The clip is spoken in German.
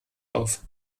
auf